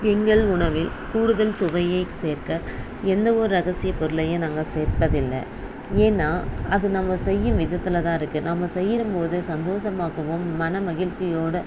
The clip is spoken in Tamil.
திங்கள் உணவில் கூடுதல் சுவையை சேர்க்க எந்த ஒரு ரகசியப் பொருளையும் நாங்கள் சேர்ப்பதில்லை ஏன்னா அது நம்ம செய்யும் விதத்தில் தான் இருக்கு நம்ம செய்யும் போது சந்தோசமாகவும் மன மகிழ்ச்சியோடு